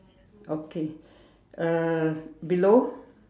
okay uh below